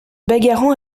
bagarrant